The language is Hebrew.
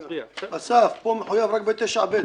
אסף, פה מחויב רק ב-9(ב).